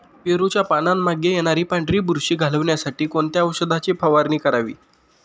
पेरूच्या पानांमागे येणारी पांढरी बुरशी घालवण्यासाठी कोणत्या औषधाची फवारणी करावी?